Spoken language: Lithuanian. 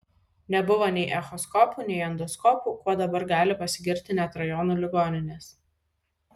nebuvo nei echoskopų nei endoskopų kuo dabar gali pasigirti net rajonų ligoninės